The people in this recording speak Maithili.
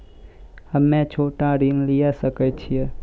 हम्मे छोटा ऋण लिये सकय छियै?